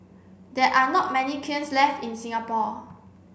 there are not many kilns left in Singapore